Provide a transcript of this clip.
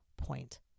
point